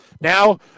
Now